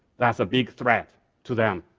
that's a big threat to them.